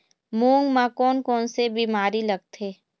मूंग म कोन कोन से बीमारी लगथे?